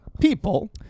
people